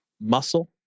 muscle